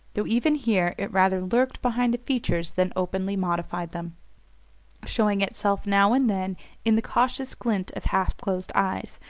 though even here it rather lurked behind the features than openly modified them showing itself now and then in the cautious glint of half-closed eyes,